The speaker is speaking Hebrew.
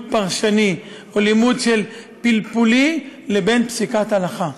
פרשני או לימוד פלפולי לבין פסיקת הלכה.